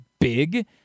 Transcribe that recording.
big